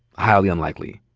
highly unlikely.